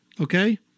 Okay